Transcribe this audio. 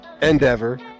Endeavor